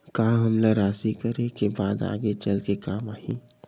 का हमला राशि करे के बाद आगे चल के काम आही?